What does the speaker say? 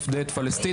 נפדה את פלסטין".